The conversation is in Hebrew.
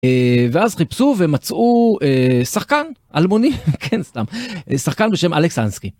ואז חיפשו ומצאו שחקן, אלמוני, כן סתם, שחקן בשם אלכסנסקי.